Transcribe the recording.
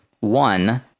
One